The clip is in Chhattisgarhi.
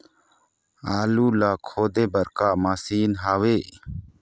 आलू ला खोदे बर का मशीन हावे?